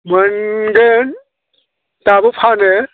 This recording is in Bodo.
मोनगोन दाबो फानो